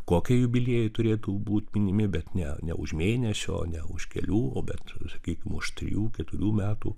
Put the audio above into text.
kokie jubiliejai turėtų būt minimi bet ne ne už mėnesio ne už kelių o bet sakykim už trijų keturių metų